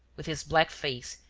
with his black face,